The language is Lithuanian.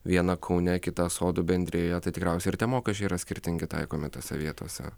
vieną kaune kitą sodų bendrijoje tai tikriausiai ir tie mokesčiai yra skirtingi taikomi tose vietose